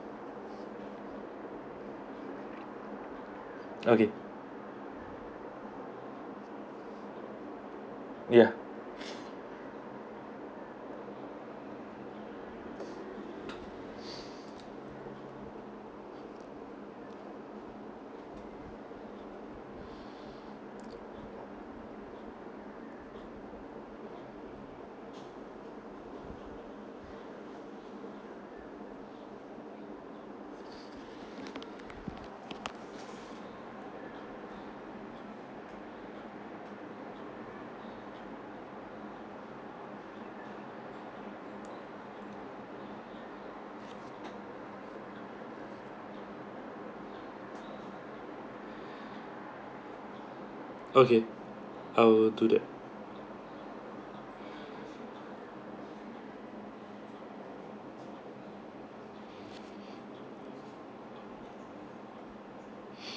okay yeah okay I will do that